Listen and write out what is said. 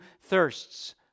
thirsts